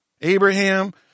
Abraham